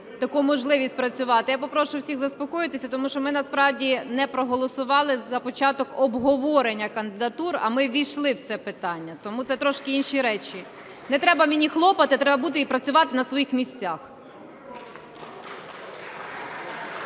таку можливість працювати. Я попрошу всіх заспокоїтися, тому що ми насправді не проголосували за початок обговорення кандидатур, а ми ввійшли в це питання, тому це трошки інші речі. Не треба мені хлопати, треба бути і працювати на своїх місцях.